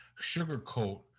sugarcoat